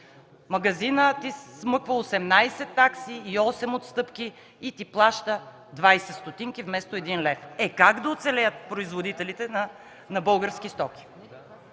магазинът ти смъква 18 такси и 8 отстъпки и ти плаща 20 ст. вместо 1 лв. Е, как да оцелеят производителите на български стоки?